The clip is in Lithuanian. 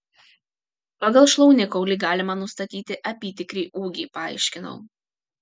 pagal šlaunikaulį galima nustatyti apytikrį ūgį paaiškinau